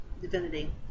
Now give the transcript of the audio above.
divinity